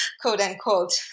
quote-unquote